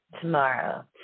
Tomorrow